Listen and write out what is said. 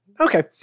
Okay